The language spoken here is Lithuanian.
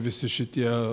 visi šitie